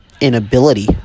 inability